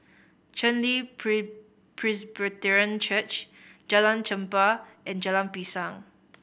Chen Li Presbyterian Church Jalan Chempah and Jalan Pisang